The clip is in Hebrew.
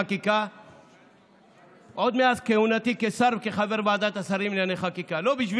אנחנו עוברים להצבעה על הצעת חוק עבודת הנוער של חבר הכנסת רון כץ.